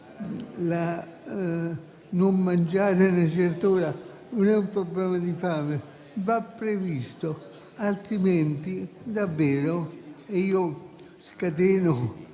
non mangiare a una certa ora non è un problema di fame, ma va previsto, altrimenti davvero - io scateno